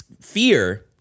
fear